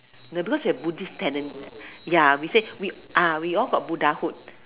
ya because we have Buddhist tenant ya we say we ah we all got Buddhahood